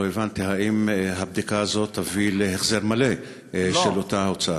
לא הבנתי: האם הבדיקה הזאת תביא להחזר מלא של אותה הוצאה?